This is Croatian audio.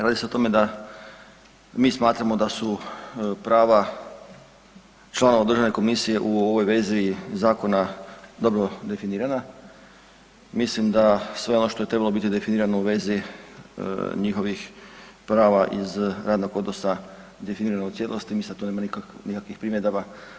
Radi se o tome da mi smatramo da su prava članova državne komisije u ovoj vezi zakona dobro definirana, mislim da sve ono što je trebalo biti definirano u vezi njihovih prava iz radnog odnosa je definirano u cijelosti, mislim da tu nema nikakvih primjedaba.